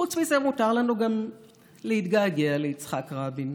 חוץ מזה, מותר לנו גם להתגעגע ליצחק רבין